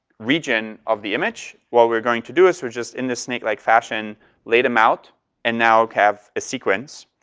region of the image. what we're going to do is we're just in a snake like fashion lay them out and now have a sequence.